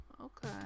okay